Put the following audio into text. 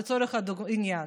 לצורך העניין.